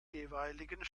jeweiligen